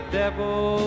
devil